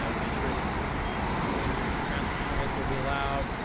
ah made sure that no inter-district transfer permits will be allowed,